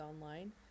online